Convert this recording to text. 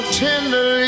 tenderly